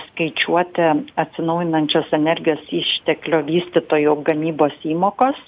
skaičiuoti atsinaujinančios energijos išteklių vystytojo gamybos įmokos